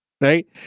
right